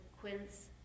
quince